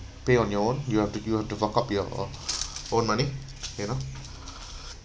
pay on your own you have to you have to dug up your own money you know